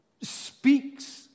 speaks